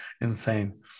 insane